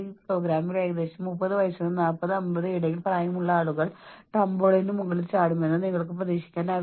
പുകവലി അല്ലെങ്കിൽ മദ്യപാനം അല്ലെങ്കിൽ ഭക്ഷണ ക്രമക്കേടുകൾ പോലെയുള്ള വിനാശകരമായ പെരുമാറ്റം വർദ്ധിക്കുന്നു